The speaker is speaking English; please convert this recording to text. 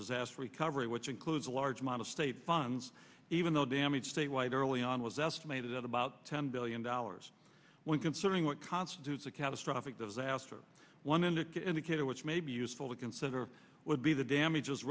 recovery which includes a large amount of state funds even though damage statewide early on was estimated at about ten billion dollars when considering what constitutes a catastrophic disaster one indicator indicator which may be useful to consider would be the damages